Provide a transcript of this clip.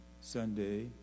Sunday